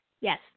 Yes